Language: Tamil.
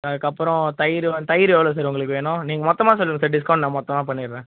அதுக்கப்புறம் தயிர் தயிர் எவ்வளோ சார் உங்களுக்கு வேணும் நீங்கள் மொத்தமகா சொல்லுங்க சார் டிஸ்கவுண்ட்டில் மொத்தமாக பண்ணிடுறேன்